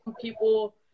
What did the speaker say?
people